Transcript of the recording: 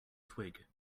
twig